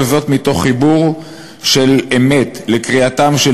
כל זאת מתוך חיבור של אמת לקריאתם של